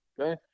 okay